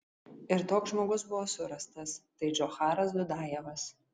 ir toks žmogus buvo surastas tai džocharas dudajevas